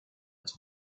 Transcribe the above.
its